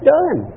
done